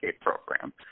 program